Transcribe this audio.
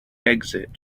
exit